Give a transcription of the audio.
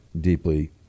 deeply